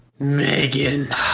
Megan